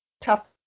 tough